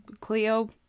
Cleo